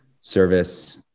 service